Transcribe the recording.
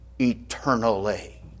eternally